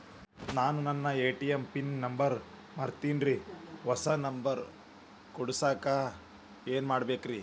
ನಾನು ನನ್ನ ATM pin number ಮರ್ತೇನ್ರಿ, ಹೊಸಾ ನಂಬರ್ ಕುಡಸಾಕ್ ಏನ್ ಮಾಡ್ಬೇಕ್ರಿ?